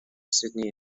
sydney